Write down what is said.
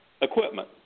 equipment